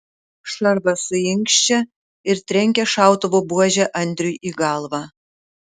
šarvas suinkščia ir trenkia šautuvo buože andriui į galvą